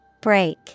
Break